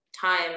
time